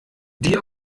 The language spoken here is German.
die